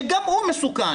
שגם הוא מסוכן